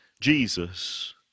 Jesus